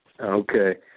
Okay